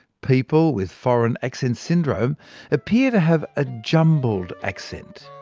people with foreign accent syndrome appear to have a jumbled accent.